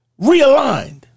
realigned